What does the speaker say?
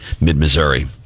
mid-Missouri